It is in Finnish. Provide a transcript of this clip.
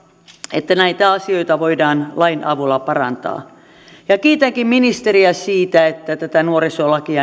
että näitä asioita voidaan lain avulla parantaa kiitänkin ministeriä siitä että tätä nuorisolakia